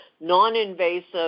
non-invasive